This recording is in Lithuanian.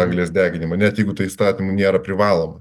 anglies deginimą net jeigu tai įstatymu nėra privaloma